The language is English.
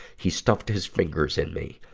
he stuffed his fingers in me.